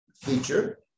feature